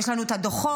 יש לנו את הדוחות,